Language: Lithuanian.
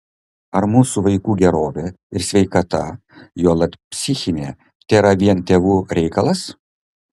ar mūsų vaikų gerovė ir sveikata juolab psichinė tėra vien tėvų reikalas